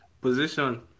position